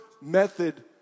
method